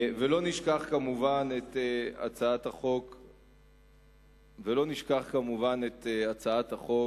ולא נשכח, כמובן, את הצעת החוק